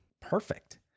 Perfect